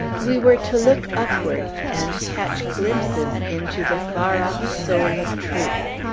we were to look upward, and catch glimpses into the far-off soul of truth.